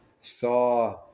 saw